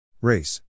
Race